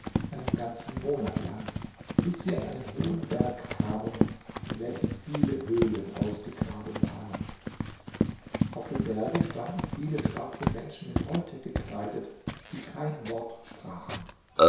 einen ganzen monat lang bis sie an einen hohen berg kamen in welchem viele höhlen ausgegraben waren auf dem berge standen viele schwarze menschen in häute gekleidet die kein wort sprachen